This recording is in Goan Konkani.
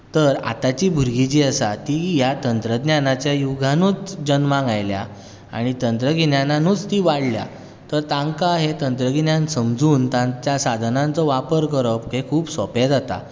तर आतांची भुरगीं जीं आसात तीं ह्या तंत्रज्ञानाच्या युगानूच जल्माक आयल्या आनी तंत्रगिन्यानूच तीं वाडल्यात तर तांकां हें तंत्रगिन्यान समजून तांच्या साधनांचो वापर करप हें खूब सोंपें जाता